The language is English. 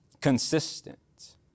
consistent